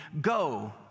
go